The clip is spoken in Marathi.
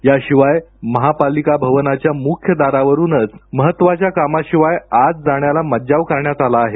याशिवाय महापालिका भवनाच्या मुख्य दारावरूनच महत्त्वाच्या कामाशिवाय आत जाण्याला मज्जाव करण्यात आला आहे